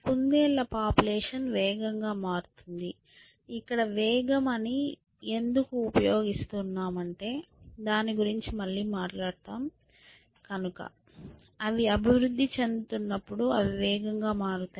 కుందేళ్ళ పాపులేషన్ వేగంగా మారుతుంది ఇక్కడ వేగం అని ఎందుకు ఉపయోగిస్తున్నామంటే దాని గురించి మళ్ళీ మాట్లాడుతున్నాం కనుక అవి అభివృద్ధి చెందుతున్నప్పుడు అవి వేగంగా మారుతాయి